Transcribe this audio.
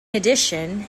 addition